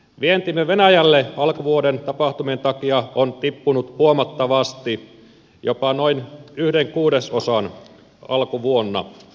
vientimme venäjälle alkuvuoden tapahtumien takia on tippunut huomattavasti jopa noin yhden kuudesosan alkuvuonna